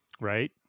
Right